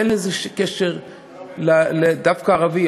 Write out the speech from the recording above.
אין לזה קשר דווקא לערבי,